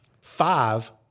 five